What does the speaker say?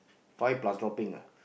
five plus dropping ah